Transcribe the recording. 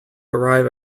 arrive